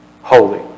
holy